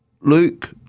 Luke